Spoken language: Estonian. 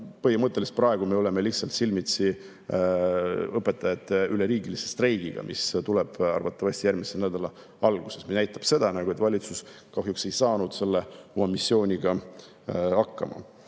piinlikkust. Praegu me oleme silmitsi õpetajate üleriigilise streigiga, mis tuleb arvatavasti järgmise nädala alguses. See näitab seda, et valitsus kahjuks ei ole saanud oma missiooniga hakkama.